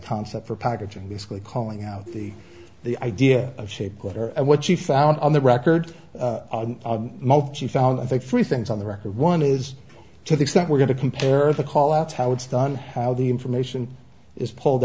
concept for packaging basically calling out the the idea of shape water and what she found on the record she found i think three things on the record one is to the extent we're going to compare the call that's how it's done how the information is pulled